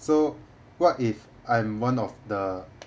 so what if I‘m one of the